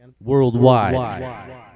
Worldwide